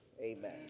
amen